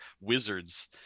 wizards